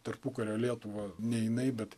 tarpukario lietuvą ne jinai bet